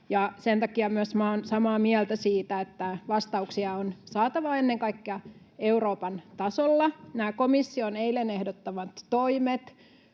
Sen takia myös minä olen samaa mieltä siitä, että vastauksia on saatava ennen kaikkea Euroopan tasolla. Nämä komission eilen ehdottamat toimet